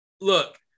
look